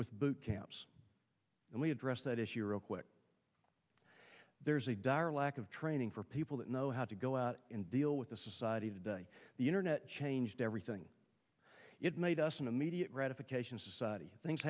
with boot camps and we address that issue real quick there's a dire lack of training for people that know how to go out and deal with the society today the internet changed everything it made us an immediate gratification society things